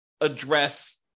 address